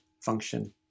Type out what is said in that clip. function